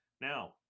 Now